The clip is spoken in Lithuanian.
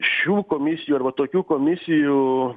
šių komisijų arba tokių komisijų